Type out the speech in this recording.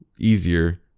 easier